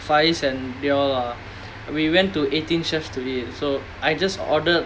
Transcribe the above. faiz and they all lah we went to Eighteen Chefs to eat so I just ordered